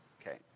Okay